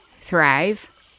thrive